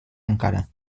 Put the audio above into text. encara